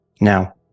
Now